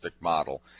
model